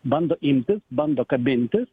bando imtis bando kabintis